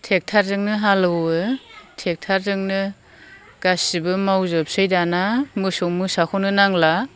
टेक्टारजोंनो हालौवो टेक्टारजोंनो गासिबो मावजोबसै दाना मोसौ मोसाखौनो नांला